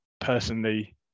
personally